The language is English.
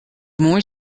more